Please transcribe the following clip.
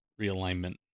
realignment